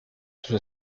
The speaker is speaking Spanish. sus